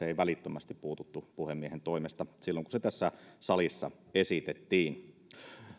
ei välittömästi puututtu puhemiehen toimesta silloin kun se tässä salissa esitettiin